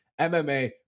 MMA